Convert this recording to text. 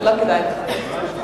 לא כדאי לכם.